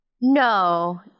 No